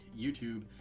youtube